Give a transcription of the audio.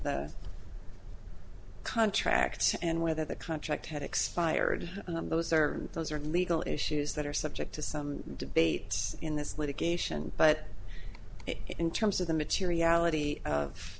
that contract and whether the contract had expired those are those are legal issues that are subject to some debate in this litigation but in terms of the materiality